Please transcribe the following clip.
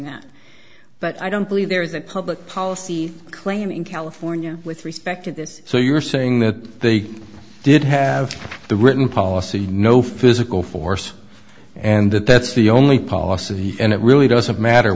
that but i don't believe there is a public policy claim in california with respect to this so you're saying that they did have the written policy no physical force and that that's the only policy and it really doesn't matter